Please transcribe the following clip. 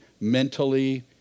mentally